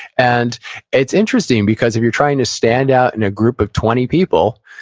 and it's interesting because, if you're trying to stand out in a group of twenty people,